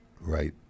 right